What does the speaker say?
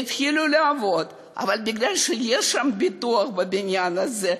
לעלות כאן על הבמה,